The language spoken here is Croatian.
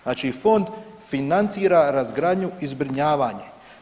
Znači fond financira razgradnju i zbrinjavanje.